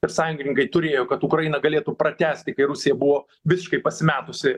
ir sąjungininkai turėjo kad ukraina galėtų pratęsti kai rusija buvo visiškai pasimetusi